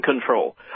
control